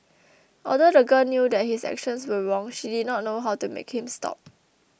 although the girl knew that his actions were wrong she did not know how to make him stop